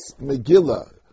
Megillah